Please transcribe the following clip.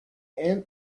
end